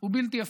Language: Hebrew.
ובלתי הפיכים.